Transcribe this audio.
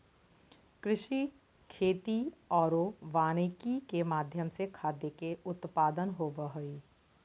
कृषि, खेती आरो वानिकी के माध्यम से खाद्य के उत्पादन होबो हइ